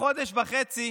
בחודש וחצי